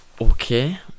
Okay